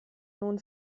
nun